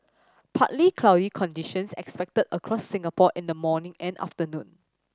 partly cloudy conditions expected across Singapore in the morning and afternoon